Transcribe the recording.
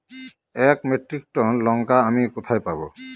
এক metric tonne লঙ্কা আমি কোথায় পাবো?